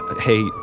Hey